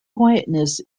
quietness